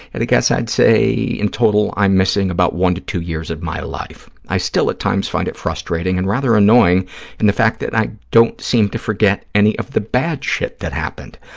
at a guess, i'd say in total i'm missing about one to two years of my life. i still at times find it frustrating and rather annoying in the fact that i don't seem to forget any of the bad shit that happened.